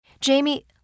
Jamie